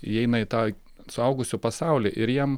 įeina į tą suaugusių pasaulį ir jiem